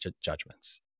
judgments